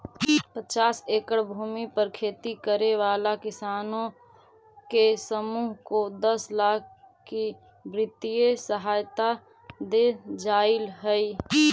पचास एकड़ भूमि पर खेती करे वाला किसानों के समूह को दस लाख की वित्तीय सहायता दे जाईल हई